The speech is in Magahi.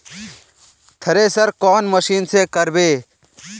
थरेसर कौन मशीन से करबे?